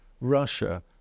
Russia